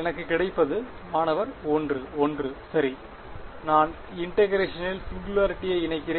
எனக்கு கிடைப்பது மாணவர் 1 ஒன்று சரி நான் இன்டெகிரேஷனில் சிங்குலாரிட்டியை இணைக்கிறேன்